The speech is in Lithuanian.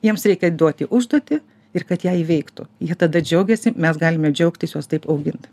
jiems reikia duoti užduotį ir kad ją įveiktų jie tada džiaugiasi mes galime džiaugtis juos taip augindami